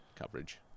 coverage